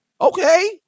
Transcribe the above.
Okay